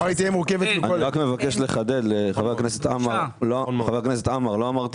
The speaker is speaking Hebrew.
אני מחדד לחבר הכנסת עמאר = לא אמרתי